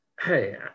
hey